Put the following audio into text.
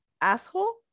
asshole